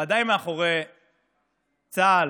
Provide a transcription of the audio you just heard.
ודאי מאחורי צה"ל,